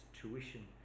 tuition